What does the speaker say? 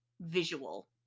visual